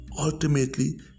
ultimately